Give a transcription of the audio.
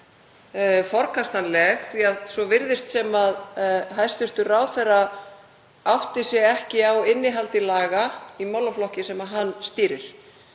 því að svo virðist sem hæstv. ráðherra átti sig ekki á innihaldi laga í málaflokknum sem hann stýrir.